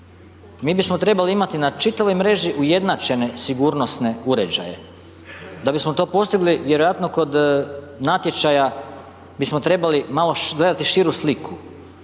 Mi bismo trebali imati na čitavoj mreži ujednačene sigurnosne uređaje. Da bismo to postigli, vjerojatno kod natječaja bismo trebali malo gledati širu sliku,